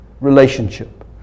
relationship